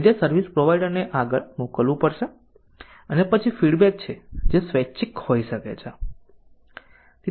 તેથી આ સર્વિસ પ્રોવાઇડરને આગળ મોકલવું પડશે અને પછી ફીડબેક છે જે સ્વૈચ્છિક હોઈ શકે છે